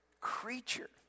creature